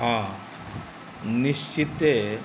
हँ निश्चिते